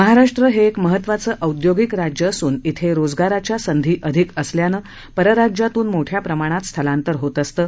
महाराष्ट्र हे एक महत्वाचे औद्योगिक राज्य असून इथं रोजगाराच्या संधी अधिक असल्यानं परराज्यातून मोठ्या प्रमाणात स्थलांतर होत असतं